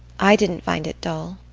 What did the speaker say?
i didn't find it dull.